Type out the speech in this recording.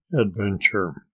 Adventure